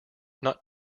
not